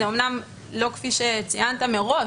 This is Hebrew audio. זה אמנם לא כפי שציינת מראש,